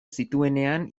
zituenean